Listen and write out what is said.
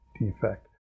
defect